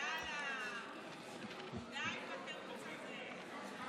יאללה, די עם התירוץ הזה.